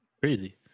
crazy